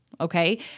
Okay